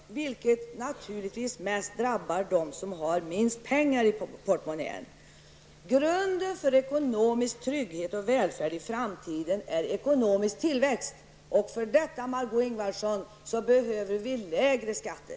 Det drabbar naturligtvis mest dem som har minst pengar i portmonnän. Grunden för ekonomisk trygghet och välfärd i framtiden är ekonomisk tillväxt. För detta, Margó Ingvardsson, behöver vi lägre skatter.